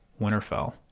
Winterfell